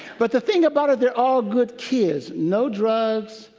but the thing about it, they're all good kids, no drugs,